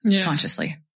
consciously